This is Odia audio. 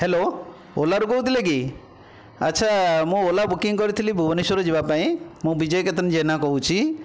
ହ୍ୟାଲୋ ଓଲାରୁ କହୁଥିଲେ କି ଆଛା ମୁଁ ଓଲା ବୁକିଂ କରିଥିଲି ଭୁବନେଶ୍ୱର ଯିବା ପାଇଁ ମୁଁ ବିଜୟ କେତନ ଜେନା କହୁଛି